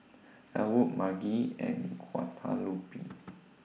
Elwood Margy and Guadalupe